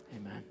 Amen